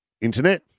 internet